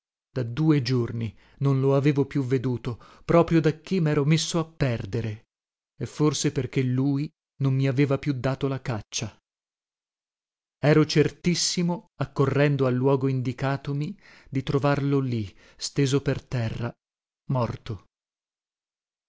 da due giorni non lo avevo più veduto proprio dacché mero messo a perdere e forse perché lui non mi aveva più dato la caccia ero certissimo accorrendo al luogo indicatomi di trovarlo lì steso per terra morto